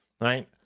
right